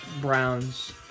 Browns